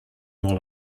more